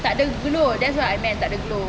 takde glow that's what I meant takde glow